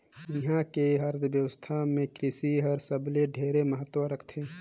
इहां के अर्थबेवस्था मे कृसि हर सबले ढेरे महत्ता रखथे